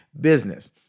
business